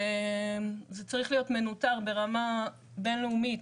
וזה צריך להיות מנוטר ברמה בין לאומית,